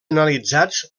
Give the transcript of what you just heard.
analitzats